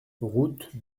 route